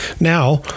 Now